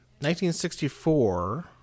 1964